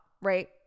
right